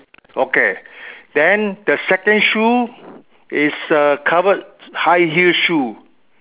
okay then the second shoe is uh covered high heels shoe